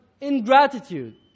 ingratitude